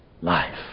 life